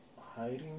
hiding